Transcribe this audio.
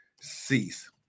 cease